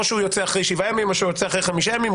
הוא יוצא אחרי שבעה ימים או אחרי חמישה ימים.